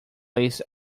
lace